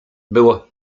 było